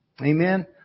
Amen